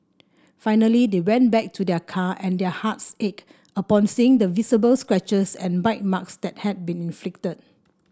finally they went back to their car and their hearts ached upon seeing the visible scratches and bite marks that had been inflicted